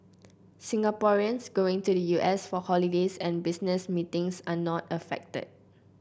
Singaporeans going to the U S for holidays and business meetings are not affected